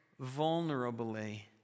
vulnerably